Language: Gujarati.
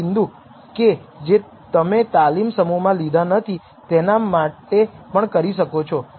આપણે તેને રોકી શકતા નથી આપણે આગળ પરીક્ષણ કરવું પડશે પરંતુ ઓછામાં ઓછા આ પ્રારંભિક સૂચકો સારા છે કે આપણે સાચા ટ્રેક પર છીએ